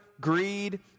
greed